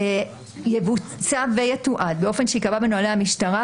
יבוצע ויתועד באופן שייקבע בנהלי המשטרה.